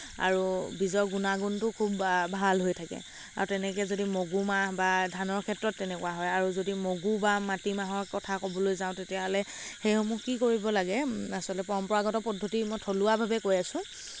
আৰু বীজৰ গুণাগুণটোও খুব ভাল হৈ থাকে আৰু তেনেকে যদি মগুমাহ বা ধানৰ ক্ষেত্ৰত তেনেকুৱা হয় আৰু যদি মগু বা মাটিমাহৰ কথা ক'বলৈ যাওঁ তেতিয়াহ'লে সেইসমূহ কি কৰিব লাগে আচলতে পৰম্পৰাগত পদ্ধতি মই থলুৱাভাৱেই কৈ আছোঁ